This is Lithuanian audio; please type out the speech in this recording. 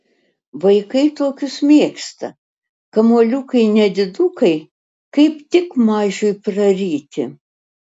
vaikai tokius mėgsta kamuoliukai nedidukai kaip tik mažiui praryti